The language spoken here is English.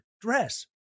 dress